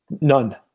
None